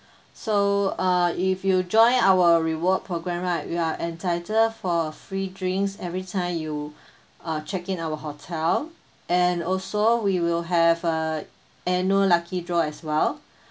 so uh if you join our reward programme right you are entitled for a free drinks every time you uh check-in our hotel and also we will have a annual lucky draw as well